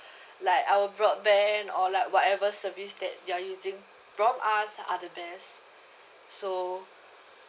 like our broadband or like whatever service that you're using from us are the best so